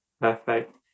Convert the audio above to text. Perfect